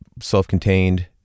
self-contained